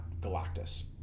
galactus